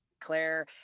claire